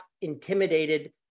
intimidated